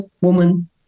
woman